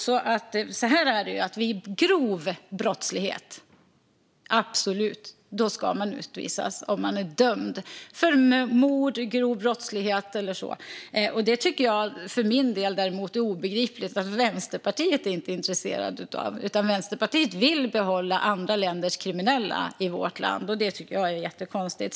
Så här är det: Om man är dömd för mord eller grov brottslighet ska man absolut utvisas. För min del är det obegripligt att Vänsterpartiet inte är intresserat av detta. Vänsterpartiet vill behålla andra länders kriminella i vårt land, och det tycker jag är jättekonstigt.